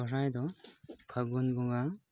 ᱥᱚᱦᱨᱟᱭ ᱫᱚ ᱯᱷᱟᱹᱜᱩᱱ ᱵᱚᱸᱜᱟ